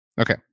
Okay